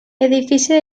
edifici